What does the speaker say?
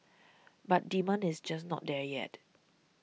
but demand is just not there yet